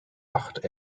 acht